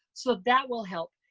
so that will help.